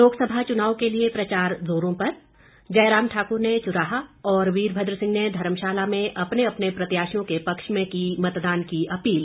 लोकसभा चुनाव के लिए प्रचार जोरों पर जयराम ठाकुर ने चुराह और वीरभद्र सिंह ने धर्मशाला में अपने अपने प्रत्याशियों के पक्ष में की मतदान की अपील